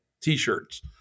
t-shirts